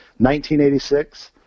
1986